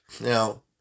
Now